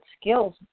skills